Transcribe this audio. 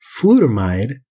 Flutamide